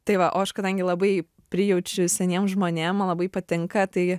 tai va o aš kadangi labai prijaučiu seniem žmonėm man labai patinka tai